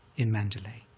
in mandalay.